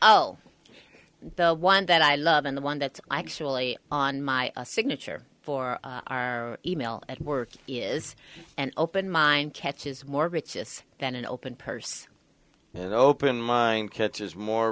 one that i love and the one that's actually on my signature for e mail at work is an open mind catches more riches than an open purse and open mind catches more